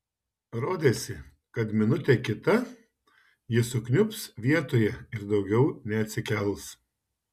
rodėsi dar minutė kita ji sukniubs vietoje ir daugiau neatsikels